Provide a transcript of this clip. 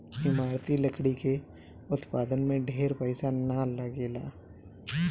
इमारती लकड़ी के उत्पादन में ढेर पईसा ना लगेला